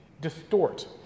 Distort